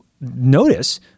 notice